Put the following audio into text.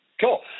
Cool